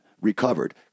recovered